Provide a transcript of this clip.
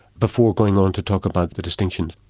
before going on to talk about the distinctions,